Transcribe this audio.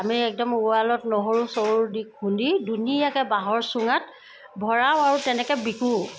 আমি একদম ৱালত নহৰু চহৰু দি খুন্দি ধুনীয়াকৈ বাঁহৰ চুঙাত ভৰাওঁ আৰু তেনেকৈ বিকোও